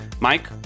Mike